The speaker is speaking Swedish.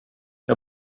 jag